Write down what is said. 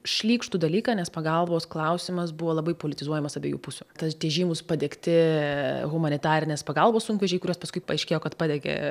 šlykštų dalyką nes pagalbos klausimas buvo labai politizuojamas abiejų pusių tad tie žymūs padegti humanitarinės pagalbos sunkvežimiai kuriuos paskui paaiškėjo kad padegė